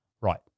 right